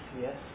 yes